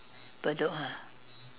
Bedok ah